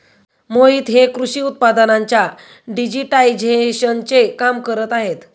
मोहित हे कृषी उत्पादनांच्या डिजिटायझेशनचे काम करत आहेत